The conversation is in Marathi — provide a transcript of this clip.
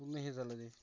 पूर्ण हे झालं आहे